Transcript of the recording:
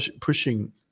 pushing